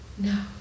No